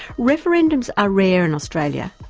referendums are rare in australia.